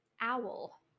owl